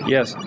Yes